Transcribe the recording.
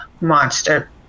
monster